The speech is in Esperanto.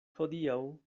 hodiaŭ